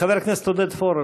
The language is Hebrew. חבר הכנסת עודד פורר,